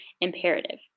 imperative